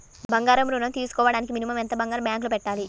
బంగారం ఋణం తీసుకోవడానికి మినిమం ఎంత బంగారం బ్యాంకులో పెట్టాలి?